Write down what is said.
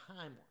time